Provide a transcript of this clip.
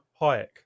Hayek